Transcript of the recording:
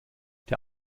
der